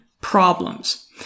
problems